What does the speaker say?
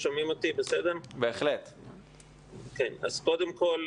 קודם כול,